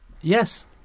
yes